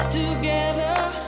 together